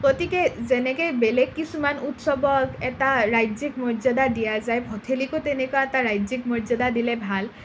গতিকে যেনেকে বেলেগ কিছুমান উৎসৱক এটা ৰাজ্যিক মৰ্যদা দিয়া যায় ভঠেলিকো তেনেকুৱা এটা ৰাজ্যিক মৰ্যদা দিলে ভাল